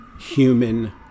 human